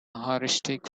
heuristic